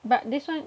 but this one